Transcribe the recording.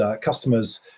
customers